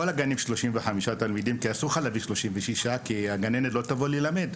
בכל הגנים יש 35 תלמידים כי אסור לך להביא 36 כי הגננת לא תבוא ללמד,